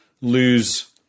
lose